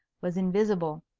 was invisible.